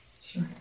Sure